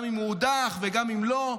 גם אם הוא הודח וגם אם לא,